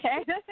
okay